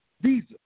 visa